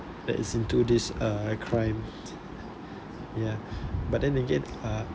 that is into this uh I crime ya but then again ah